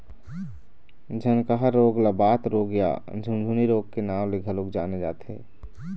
झनकहा रोग ल बात रोग या झुनझनी रोग के नांव ले घलोक जाने जाथे